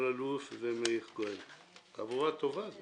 השעה 09:12. הצעת חוק עבודת נשים,